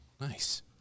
Nice